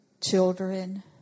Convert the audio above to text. children